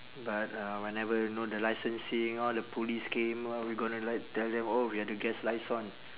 but uh whenever you know the licensing all the police came uh we gonna like tell them oh we are the guest liaison